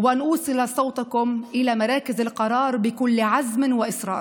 אני מבטיחה לכם שאייצגכם נאמנה ואשמיע